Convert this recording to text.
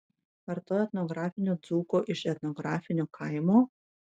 ar to etnografinio dzūko iš etnografinio kaimo